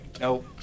No